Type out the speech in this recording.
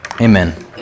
amen